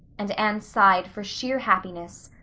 and anne sighed for sheer happiness.